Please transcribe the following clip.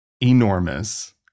enormous